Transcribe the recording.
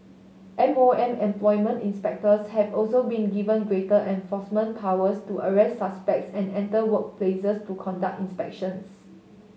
M O M employment inspectors have also been given greater enforcement powers to arrest suspects and enter workplaces to conduct inspections